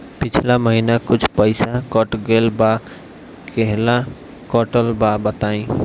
पिछला महीना कुछ पइसा कट गेल बा कहेला कटल बा बताईं?